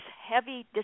heavy